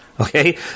Okay